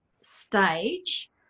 stage